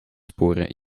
sporen